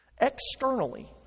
externally